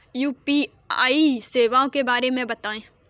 UPI सेवाओं के बारे में बताएँ?